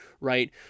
right